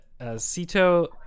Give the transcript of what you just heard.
sito